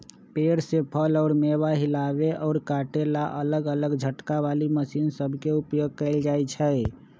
पेड़ से फल अउर मेवा हिलावे अउर काटे ला अलग अलग झटका वाली मशीन सब के उपयोग कईल जाई छई